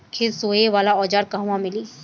खेत सोहे वाला औज़ार कहवा मिली?